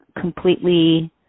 completely